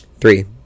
Three